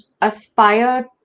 aspire